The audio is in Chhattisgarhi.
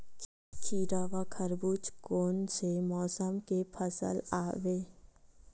खीरा व तरबुज कोन से मौसम के फसल आवेय?